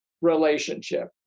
relationship